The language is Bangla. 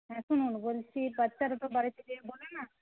হ্যাঁ বলছি বাচ্ছারা যে বাড়িতে যেয়ে বলে না